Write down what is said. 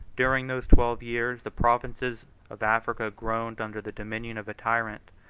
during those twelve years, the provinces of africa groaned under the dominion of a tyrant,